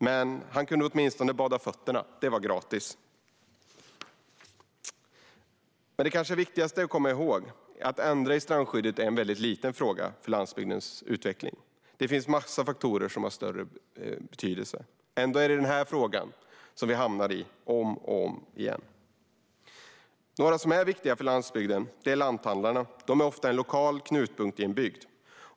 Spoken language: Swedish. Men han kunde åtminstone bada fötterna; det var gratis. Det kanske viktigaste att komma ihåg är att en ändring i strandskyddet är en liten fråga för landsbygdens utveckling. Det finns en massa faktorer som har större betydelse. Ändå är det den här frågan vi hamnar i om och om igen. Några som är viktiga för landsbygden är lanthandlarna. De är ofta en lokal knutpunkt i en bygd.